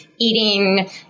eating